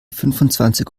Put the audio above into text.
fünfundzwanzig